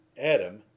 Adam